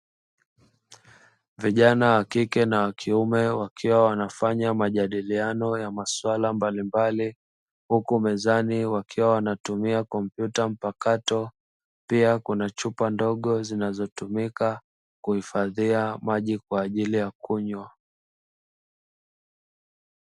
Vijana wa kike na wa kiume wakiwa wanafanya majadiliano ya masuala mbalimbali, huku mezani wakiwa wanatumia kompyuta mpakato, pia Kuna chupa ndogo zinazotumika kuhifadhia maji kwa ajili ya kunywa.